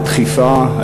על הדחיפה,